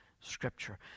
Scripture